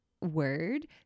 Word